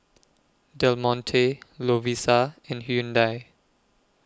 Del Monte Lovisa and Hyundai